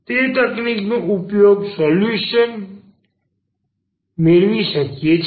તે તકનીકનો ઉપયોગ કરીને સોલ્યુશન ી શકીએ છીએ